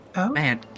man